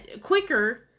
quicker